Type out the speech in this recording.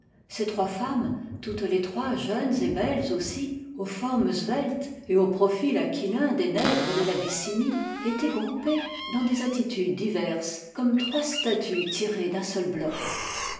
ces trois femmes toutes les trois jeunes et belles aussi aux formes svel tes et au profil aquilin des nègres de l'abyssinie étaient groupées dans des attitudes diverses comme trois statues tirées d'un seul bloc